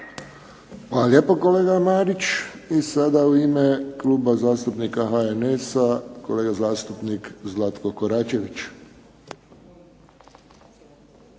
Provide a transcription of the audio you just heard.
Hvala lijepo kolega Marić. I sada u ime Kluba zastupnika HNS-a kolega zastupnik Zlatko Koračević.